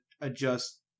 adjust